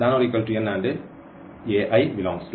where and